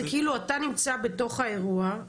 אז כאילו אתה נמצא בתוך האירוע,